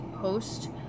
Post